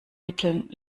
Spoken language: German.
mitteln